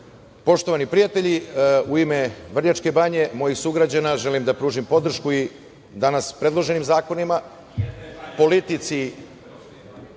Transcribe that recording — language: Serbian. ističem. Poštovani prijatelji, u ime Vrnjačke Banje, mojih sugrađana, želim da pružim podršku danas predloženim zakonima,